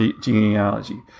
genealogy